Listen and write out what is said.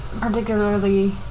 particularly